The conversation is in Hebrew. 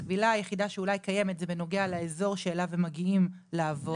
הכבילה היחידה שאולי קיימת היא בנוגע לאזור שאליו הם מגיעים לעבוד.